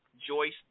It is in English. Joyce